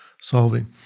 solving